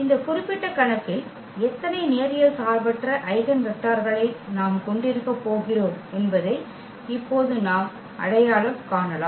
இந்த குறிப்பிட்ட கணக்கில் எத்தனை நேரியல் சார்பற்ற ஐகென் வெக்டர்களை நாம் கொண்டிருக்கப் போகிறோம் என்பதை இப்போது நாம் அடையாளம் காணலாம்